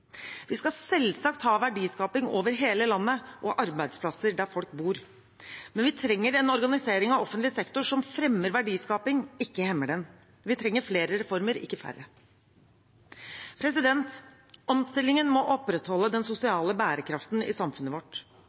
Vi skal selvsagt ha verdiskaping over hele landet og arbeidsplasser der folk bor, men vi trenger en organisering av offentlig sektor som fremmer verdiskaping, ikke hemmer den. Vi trenger flere reformer, ikke færre. Omstillingen må opprettholde den sosiale bærekraften i samfunnet vårt.